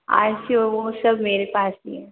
are C वो सब मेरे पास नहीं है